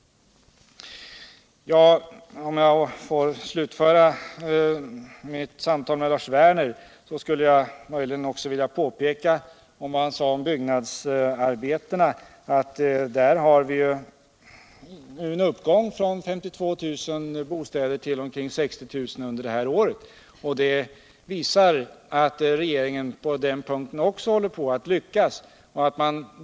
Låt mig slutföra mitt samtal med Lars Werner! När det gäller bostadsbyggandet skulle jag vilja påpeka att igångsättningen visar en uppgång [rån 52 000 lägenheter till omkring 60 000 under detta år. Det visar att regeringen även på den punkten håller på att lyckas.